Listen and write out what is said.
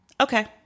Okay